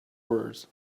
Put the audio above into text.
words